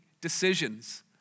decisions